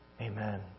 Amen